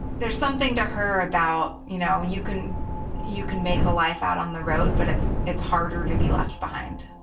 there's something to her about, you know, you can you can make a life out on the road but it's it's harder to be left behind.